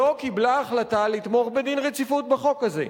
לא קיבלה החלטה לתמוך בהחלת דין רציפות על החוק הזה.